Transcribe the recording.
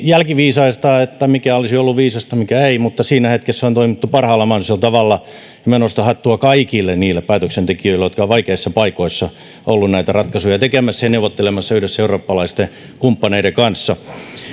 jälkiviisaita siinä mikä olisi ollut viisasta mikä ei mutta siinä hetkessä on toimittu parhaalla mahdollisella tavalla minä nostan hattua kaikille niille päätöksentekijöille jotka ovat vaikeissa paikoissa olleet näitä ratkaisuja tekemässä ja neuvottelemassa yhdessä eurooppalaisten kumppaneiden kanssa